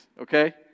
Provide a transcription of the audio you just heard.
okay